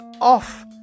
off